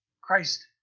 Christ